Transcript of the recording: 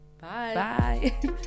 Bye